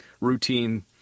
routine